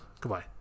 goodbye